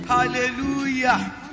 Hallelujah